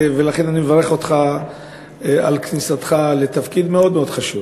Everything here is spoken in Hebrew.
ולכן אני מברך אותך על כניסתך לתפקיד מאוד מאוד חשוב.